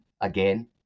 again